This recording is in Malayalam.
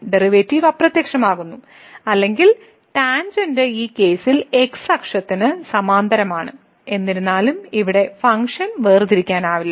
ഡെറിവേറ്റീവ് അപ്രത്യക്ഷമാകുന്നു അല്ലെങ്കിൽ ടാൻജെന്റ് ഈ കേസിൽ x അക്ഷത്തിന് സമാന്തരമാണ് എന്നിരുന്നാലും ഇവിടെ ഫങ്ക്ഷൻ വേർതിരിക്കാനാവില്ല